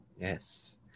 Yes